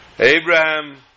Abraham